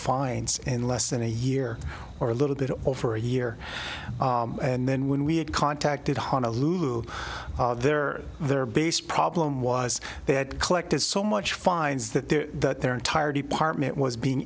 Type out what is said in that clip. fines in less than a year or a little bit over a year and then when we had contacted honolulu there their base problem was they had collected so much fines that the their entire department was being